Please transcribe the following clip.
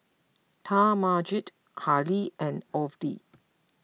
Talmadge Halle and Orvel